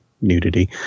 nudity